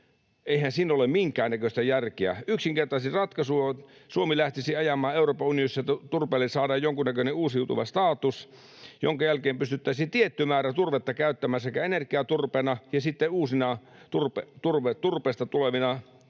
Eihän siinä ole minkäännäköistä järkeä. Yksinkertaisin ratkaisu on, että Suomi lähtisi ajamaan Euroopan unionissa, että turpeelle saadaan jonkunnäköinen uusiutuvan status, jonka jälkeen pystyttäisiin tietty määrä turvetta käyttämään sekä energiaturpeena että sitten uusina turpeesta tulevina